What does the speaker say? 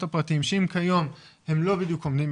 הפרטיים אם כיום הם לא בדיוק עומדים,